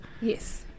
yes